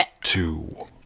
Two